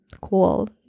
cool